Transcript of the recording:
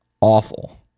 Awful